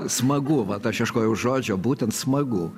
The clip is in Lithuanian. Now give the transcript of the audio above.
smagu vat aš ieškojau žodžio būtent smagu